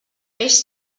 peix